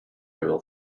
will